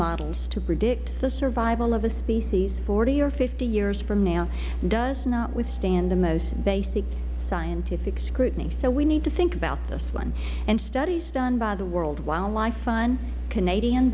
models to predict the survival of a species forty or fifty years from now does not withstand the most basic scientific scrutiny so we need to think about this one studies done by the world wildlife fund canadian